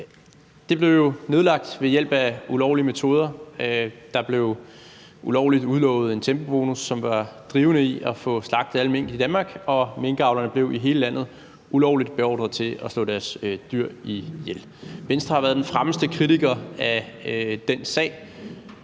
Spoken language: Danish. Det blev jo nedlagt ved hjælp af ulovlige metoder. Der blev ulovligt udlovet en tempobonus, som var drivende i at få slagtet alle mink i Danmark, og minkavlerne i hele landet blev ulovligt beordret til at slå deres dyr ihjel. Venstre har været den fremmeste kritiker i den sag,